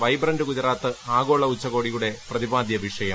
vibrant Gujarat ആഗോള ഉച്ചകോടിയുടെ പ്രതിപാദ്യ വിഷയം